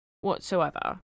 whatsoever